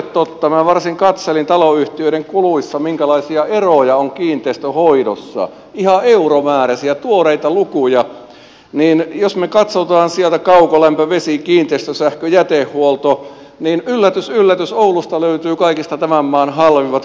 minä varsin katselin taloyhtiöiden kuluissa minkälaisia eroja on kiinteistön hoidossa ihan euromääräisiä tuoreita lukuja ja jos katsotaan sieltä kaukolämpö vesi kiinteistösähkö jätehuolto niin yllätys yllätys oulusta löytyy tämän maan kaikista halvimmat